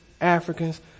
Africans